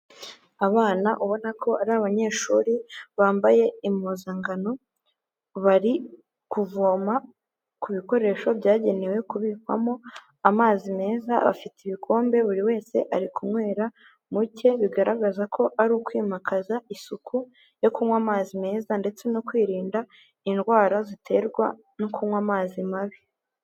Abana ubona ko ari abanyeshuri bambaye impuzangano bari kuvoma ku bikoresho byagenewe kubikwamo amazi meza bafite ibikombe buri wese ari kunywera muke bigaragaza ko ari ukwimakaza isuku yo kunywa amazi meza ndetse no kwirinda indwara ziterwa no kunywa amazi mabi.